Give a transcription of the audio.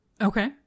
okay